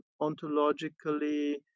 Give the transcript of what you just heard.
ontologically